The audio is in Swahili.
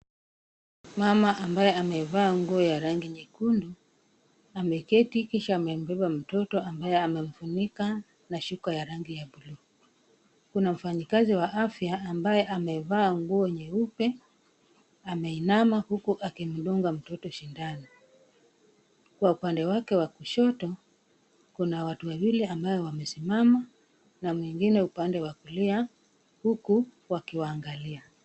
Mama ambaye amevaa nguo ya rangi nyekundu ameketi, kisha amembeba mtoto, ambaye amemfunika na shuka ya rangi buluu. Kuna mfanyakazi wa afya ambaye amevaa nguo nyeupe, ameinama huku akimdunga mtoto sindano. Kwa upande wake wa kushoto, kuna watu wawili ambao wamesimama, na mwingine upande wa kulia, huku wakiwaangalia.